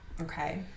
okay